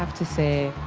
have to say.